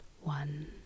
one